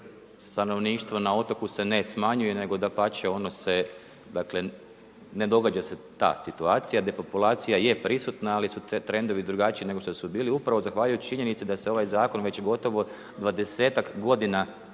stanovništvo na otoku se ne smanjuje, nego dapače, ono se dakle ne događa se ta situacija. Depopulacija je prisutna, ali su trendovi drugačiji nego što su bili upravo zahvaljujući činjenici da se ovaj zakon već gotovo 20-ak godina